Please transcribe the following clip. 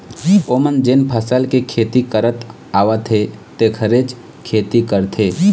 ओमन जेन फसल के खेती करत आवत हे तेखरेच खेती करथे